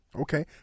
Okay